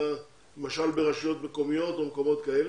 למשל ברשויות מקומיות או במקומות האלה.